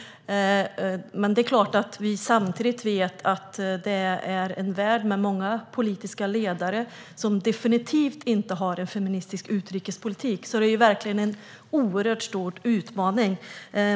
Men det är klart att vi samtidigt vet att det är en värld med många politiska ledare som definitivt inte har en feministisk utrikespolitik, så det är verkligen en oerhört stor utmaning.